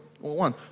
one